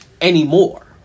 anymore